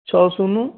ଛଅ ଶୂନ